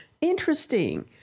interesting